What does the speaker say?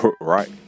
Right